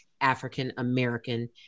african-american